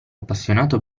appassionato